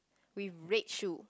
with red shoe